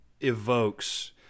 evokes